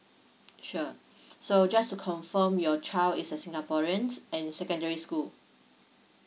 sure so just to confirm your child is a singaporean and in secondary school